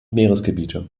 meeresgebiete